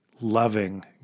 loving